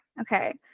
Okay